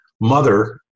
mother